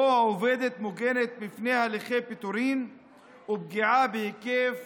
שבהם העובדת מוגנת מפני הליכי פיטורים ופגיעה בהיקף